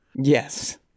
Yes